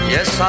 Yes